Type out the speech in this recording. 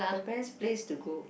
the best place to go